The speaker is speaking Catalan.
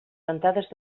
ventades